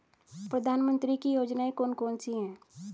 प्रधानमंत्री की योजनाएं कौन कौन सी हैं?